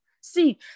See